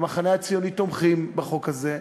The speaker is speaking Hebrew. המחנה הציוני, תומכים בחוק הזה,